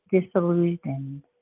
disillusioned